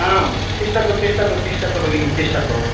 आं तिष्ठतु तिष्ठतु तिष्ठतु भगिनि तिष्ठतु